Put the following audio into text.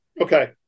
Okay